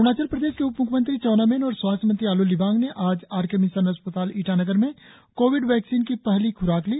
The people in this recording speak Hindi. अरुणाचल प्रदेश के उप म्ख्यमंत्री चाउना मेन और स्वास्थ्य मंत्री आलो लिबांग ने आज आर के मिशन अस्पताल ईटानग में कोविड वैक्सीन की पहली ख्राक ली